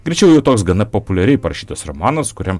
greičiau jau toks gana populiariai parašytas romanas kuriam